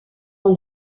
dans